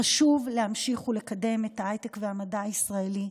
חשוב להמשיך לקדם את ההייטק והמדע הישראלי.